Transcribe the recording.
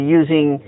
using